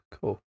cool